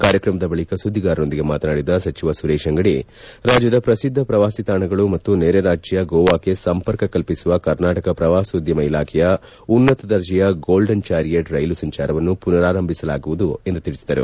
ಕಾರ್ಯಕ್ರಮದ ಬಳಿಕ ಸುದ್ದಿಗಾರರೊಂದಿಗೆ ಮಾತನಾಡಿದ ಸಚಿವ ಸುರೇಶ್ ಅಂಗಡಿ ರಾಜ್ಯದ ಪ್ರಸಿದ್ದ ಪ್ರವಾಸಿತಾಣಗಳು ಮತ್ತು ನೆರೆರಾಜ್ಯ ಗೋವಾಕ್ಕೆ ಸಂಪರ್ಕ ಕಲ್ಪಿಸುವ ಕರ್ನಾಟಕ ಪ್ರವಾಸೋದ್ಯಮ ಇಲಾಖೆಯ ಉನ್ನತ ದರ್ಜೆಯ ಗೋಲ್ಡನ್ ಚಾರಿಯೆಟ್ ರೈಲು ಸಂಚಾರವನ್ನು ಪುನರಾಂಭಿಸಲಾಗುವುದು ಎಂದು ತಿಳಿಸಿದರು